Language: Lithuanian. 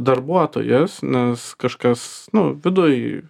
darbuotojas nes kažkas nu viduj